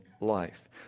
Life